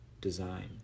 design